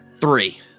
Three